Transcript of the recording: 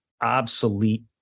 obsolete